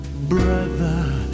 Brother